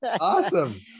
Awesome